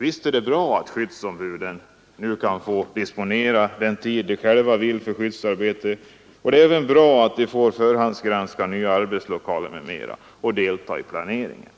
Visst är det bra att skyddsombuden nu kan få disponera den tid de själva vill till skyddsarbete. Det är även bra att de får förhandsgranska nya arbetslokaler m.m. och delta i planeringen.